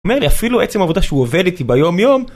אומר לי אפילו עצם העובדה שהוא עובר איתי ביום יום